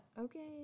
Okay